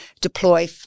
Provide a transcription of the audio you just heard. deploy